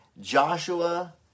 Joshua